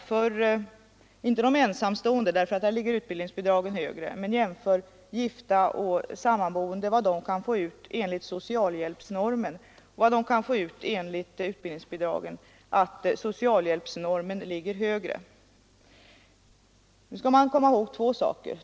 För de ensamstående ligger utbildningsbidragen högre, men om man jämför med Stockholms socialhjälpsnorm för gifta och samboende, finner man att socialhjälpsnormen ligger högre. Då skall man dock komma ihåg två saker.